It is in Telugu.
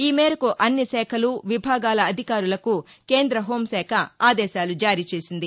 ఈమేరకు అన్ని శాఖలు విభాగాల అధికారులకు కేంద హోంశాఖ ఆదేశాలు జారీ చేసింది